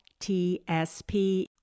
TSP